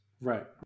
right